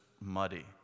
muddy